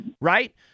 right